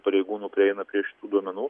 pareigūnų prieina prie šitų duomenų